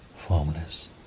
formless